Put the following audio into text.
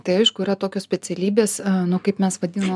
tai aišku yra tokios specialybės nu kaip mes vadinam